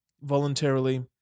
voluntarily